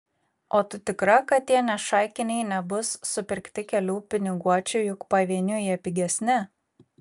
o tu tikra kad tie nešaikiniai nebus supirkti kelių piniguočių juk pavieniui jie pigesni